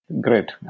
Great